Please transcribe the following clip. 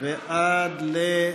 ולכן נצביע על 342. מי בעד ההסתייגות?